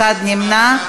שלי יחימוביץ,